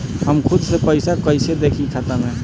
हम खुद से पइसा कईसे देखी खाता में?